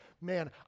Man